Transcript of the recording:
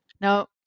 Now